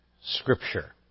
scripture